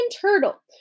Turtle